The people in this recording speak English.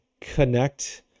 connect